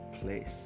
place